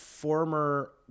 Former